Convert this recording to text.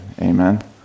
amen